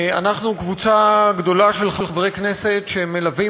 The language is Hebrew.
אנחנו קבוצה גדולה של חברי כנסת שמלווים